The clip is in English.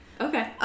Okay